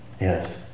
Yes